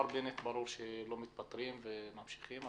שבנט לא מתפטר וממשיכים.